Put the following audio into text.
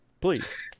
Please